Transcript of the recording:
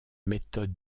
méthode